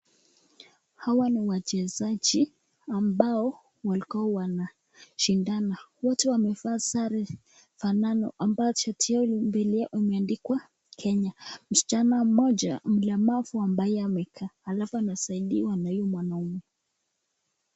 Hawa ni wachezaji ambao wako wanashindana, wote wamevaa sare zimefanana ambayo shati yao mbele imeandikwa Kenya , msichana moja mlemavu ambaye amekaa alafu anasaidiwa na huyu mwanaume.